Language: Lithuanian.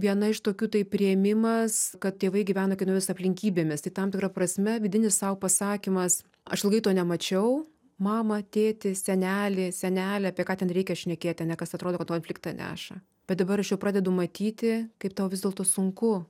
viena iš tokių tai priėmimas kad tėvai gyvena kitomis aplinkybėmis tai tam tikra prasme vidinis sau pasakymas aš ilgai to nemačiau mamą tėtį senelį senelę apie ką ten reikia šnekėti ane kas atrodo kad konfliktą neša bet dabar aš jau pradedu matyti kaip tau vis dėlto sunku